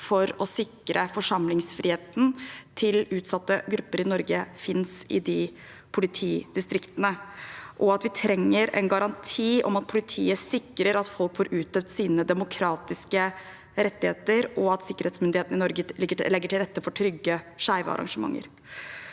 for å sikre forsamlingsfriheten til utsatte grupper i Norge, finnes i de politidistriktene. Vi trenger en garanti om at politiet sikrer at folk får utøvd sine demokratiske rettigheter, og at sikkerhetsmyndighetene i Norge legger til rette for trygge skeive arrangementer.